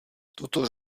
toto